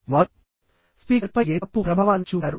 వారు స్పీకర్పై ఏ తప్పు ప్రభావాన్ని చూపారు